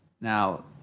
Now